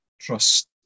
Trust